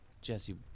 Jesse